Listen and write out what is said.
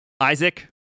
Isaac